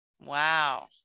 Wow